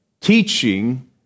teaching